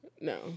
No